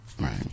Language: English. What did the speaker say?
right